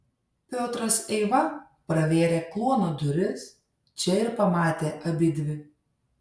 piotras eiva pravėrė kluono duris čia ir pamatė abidvi